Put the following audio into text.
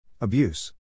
Abuse